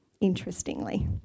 interestingly